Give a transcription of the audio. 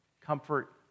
comfort